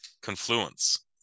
confluence